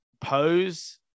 pose